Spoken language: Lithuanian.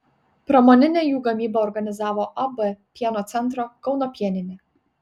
pramoninę jų gamybą organizavo ab pieno centro kauno pieninė